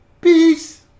Peace